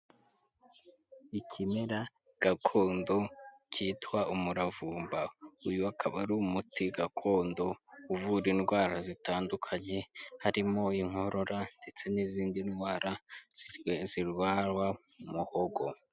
Ikimera gakondo cyitwa umuravumba. Uyu akaba ari umuti gakondo uvura indwara zitandukanye, harimo inkorora ndetse n'izindi ndwara zirwarwa mu muhogo.